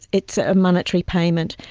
it's a monetary payment,